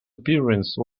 appearance